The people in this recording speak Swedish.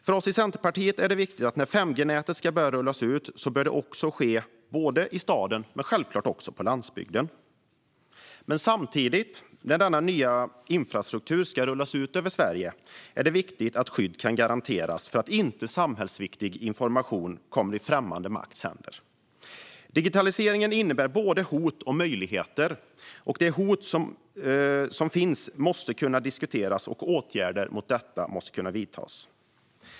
För oss i Centerpartiet är det viktigt att när 5G-nätet ska börja rullas ut bör det ske både i staden men självklart också på landsbygden. Men samtidigt när denna nya infrastruktur ska rullas ut över Sverige är det viktigt att skydd kan garanteras för att inte samhällsviktig information kommer i främmande makts händer. Digitaliseringen innebär både hot och möjligheter. De hot som finns måste kunna diskuteras, och åtgärder mot dessa måste kunna vidtas.